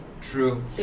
True